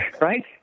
right